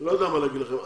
לא יודע מה לומר לכם.